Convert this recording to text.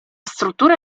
struttura